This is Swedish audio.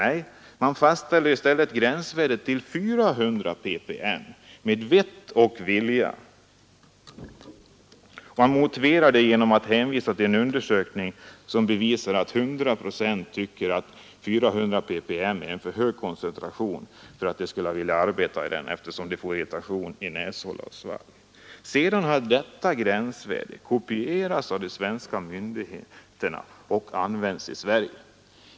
Nej, man fastställer gränsvärdet till 400 ppm med vett och vilja, och man motiverar det genom att hänvisa till en undersökning som bevisar att 100 Z tycker att 400 ppm är en för hög koncentration för att de ska vilja arbeta i den, eftersom de får irritation i näshåla och svalg. Sedan har detta gränsvärde kopierats av de svenska myndigheterna, och användes i Sverige.